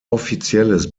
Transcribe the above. offizielles